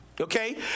Okay